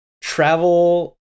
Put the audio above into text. travel